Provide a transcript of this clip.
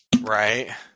Right